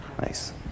Nice